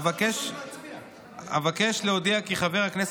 אבקש להודיע כי חבר הכנסת,